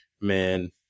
man